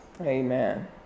amen